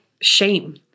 shame